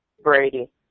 Brady